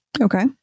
okay